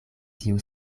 tiu